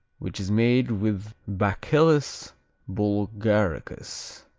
which is made with bacillus bulgaricus.